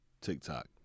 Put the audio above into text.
TikTok